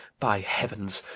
by heavens!